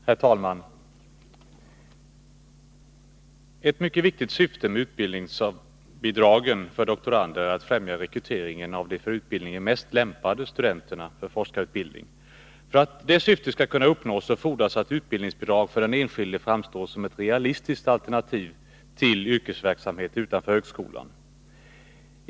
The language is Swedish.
Herr talman! Ett mycket viktigt syfte med utbildningsbidragen för doktorander är att främja rekryteringen av de för utbildningen mest lämpade studenterna till forskarutbildning. För att detta syfte skall kunna uppnås fordras att utbildningsbidrag för den enskilde framstår som ett realistiskt alternativ till yrkesverksamhet utanför högskolan.